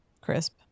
crisp